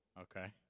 okay